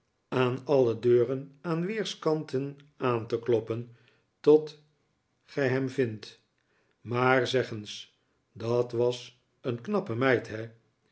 aan alle deuren aan weerskanten aan te kloppen tot gij hem vindt maar zeg eens dat was een knappe meid he